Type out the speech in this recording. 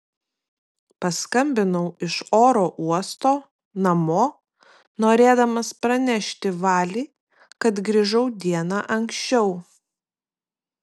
paskambinau iš oro uosto namo norėdamas pranešti vali kad grįžau diena anksčiau